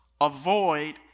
avoid